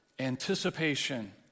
anticipation